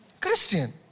Christian